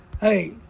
Hey